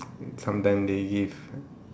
sometime they give